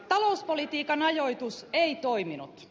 talouspolitiikan ajoitus ei toiminut